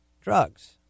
drugs